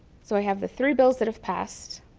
so i have the three bills that have passed,